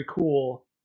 cool